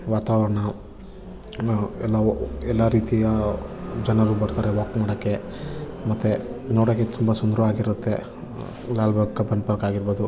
ವಾತಾವರಣ ನ ಎಲ್ಲ ಎಲ್ಲ ರೀತಿಯ ಜನರು ಬರ್ತಾರೆ ವಾಕ್ ಮಾಡೋಕ್ಕೆ ಮತ್ತೆ ನೋಡೋಕ್ಕೆ ತುಂಬ ಸುಂದರವಾಗಿರುತ್ತೆ ಲಾಲ್ಬಾಗ್ ಕಬ್ಬನ್ ಪಾರ್ಕ್ ಆಗಿರ್ಬೋದು